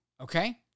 okay